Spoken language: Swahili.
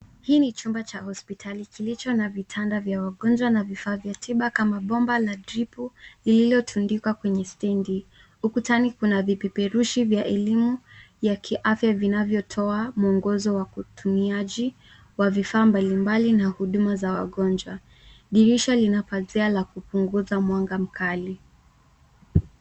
Hii ni chumba cha hospitali kilicho na vitanda vya wagonjwa na vifaa vya tiba kama bomba la tripu lililotundikwa kwenye stendi. Ukutani kuna vipeperushi vya elimu ya kiafya, vinavyotoa muongozo wa utumiaji wa vifaa mbalimbali na huduma za wagonjwa. Dirisha lina pazia la kupunguza mwanga mkali.